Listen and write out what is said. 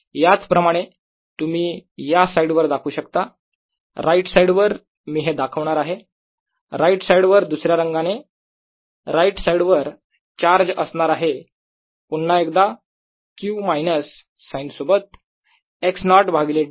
याच प्रमाणे तुम्ही या साईड वर दाखवू शकता राइट साईड वर मी हे दाखवणार आहे राइट साईड वर दुसऱ्या रंगाने राइट साईड वर चार्ज असणार आहे पुन्हा एकदा Q मायनस साईन सोबत x नॉट भागिले d